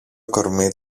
κορμί